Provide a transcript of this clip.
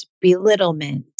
belittlement